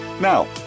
Now